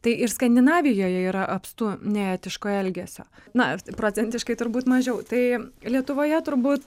tai ir skandinavijoje yra apstu neetiško elgesio na procentiškai turbūt mažiau tai lietuvoje turbūt